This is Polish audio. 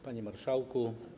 Panie Marszałku!